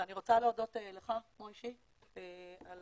ואני רוצה להודות לך, מוישי, על